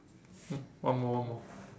oh one more one more